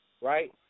right